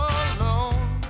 alone